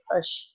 push